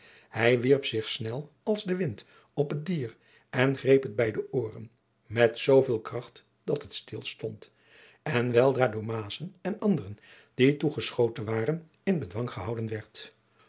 hij wierp zich snel als de wind op het dier en greep het bij de ooren met zooveel kracht dat het stil stond en weldra door maessen en anderen die toegeschoten waren in bedwang gehouden